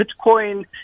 Bitcoin